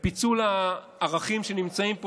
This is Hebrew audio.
ופיצול הערכים שנמצאים פה,